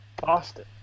Boston